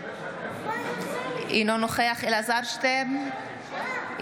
אינו נוכח אלעזר שטרן,